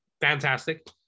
fantastic